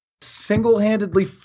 single-handedly